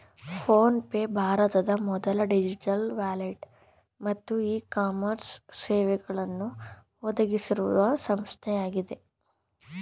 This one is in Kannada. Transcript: ಫೋನ್ ಪೇ ಭಾರತದ ಮೊದಲ ಡಿಜಿಟಲ್ ವಾಲೆಟ್ ಮತ್ತು ಇ ಕಾಮರ್ಸ್ ಸೇವೆಗಳನ್ನು ಒದಗಿಸುವ ಸಂಸ್ಥೆಯಾಗಿದೆ